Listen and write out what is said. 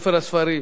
ספר הספרים.